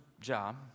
job